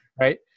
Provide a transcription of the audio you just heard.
Right